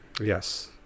Yes